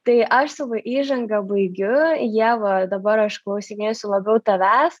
tai aš savo įžangą baigiu ieva dabar aš klausinėsiu labiau tavęs